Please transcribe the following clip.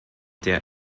der